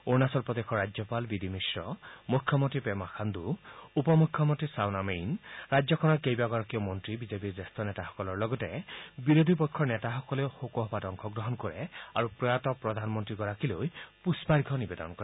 অৰুণাচল প্ৰদেশৰ ৰাজ্যপাল B D Mishra মুখ্যমন্ত্ৰী পেমা খাণ্ড উপ মুখ্যমন্ত্ৰী চাৱনা মেইন ৰাজ্যখনৰ কেইবাগৰাকীও মন্ত্ৰী বিজেপিৰ জ্যেষ্ঠ নেতাসকলৰ লগতে বিৰোধী পক্ষৰ নেতাসকলেও শোকসভাত অংশগ্ৰহণ কৰে আৰু প্ৰয়াত প্ৰধানমন্ত্ৰীগৰাকীলৈ পুষ্পাৰ্ঘ্য নিৱেদন কৰে